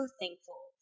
thankful